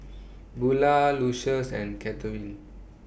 Bula Lucious and Kathyrn